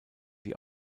die